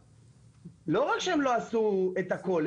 לא רק שהם לא עשו הכול,